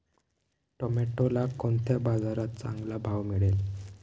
टोमॅटोला कोणत्या बाजारात चांगला भाव मिळेल?